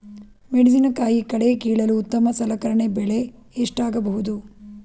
ಮೆಣಸಿನಕಾಯಿ ಕಳೆ ಕೀಳಲು ಉತ್ತಮ ಸಲಕರಣೆ ಬೆಲೆ ಎಷ್ಟಾಗಬಹುದು?